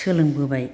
सोलोंबोबाय